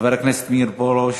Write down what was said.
חבר הכנסת מאיר פרוש,